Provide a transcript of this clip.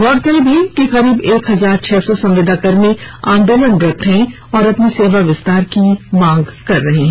गौरतलब है कि करीब एक हजार छह सौ संविदाकर्मी आंदोलनरत हैं और अपनी सेवा विस्तार की मांग कर रहे हैं